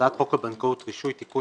"הצעת חוק הבנקאות (רישוי) (תיקון,